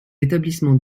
établissements